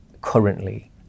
currently